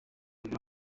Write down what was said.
mbere